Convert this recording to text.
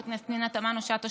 חברת הכנסת פנינה תמנו שטה,